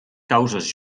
causes